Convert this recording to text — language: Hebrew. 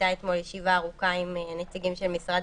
הייתה אתמול ישיבה ארוכה עם נציגים של משרד